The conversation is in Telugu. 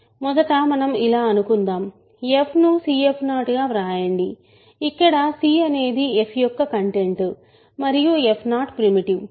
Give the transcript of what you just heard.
మొదట మనం ఇలా అనుకుందాం f ను cf0 గా వ్రాయండి ఇక్కడ c అనేది f యొక్క కంటెంట్ మరియు f0ప్రిమిటివ్